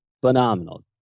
phenomenal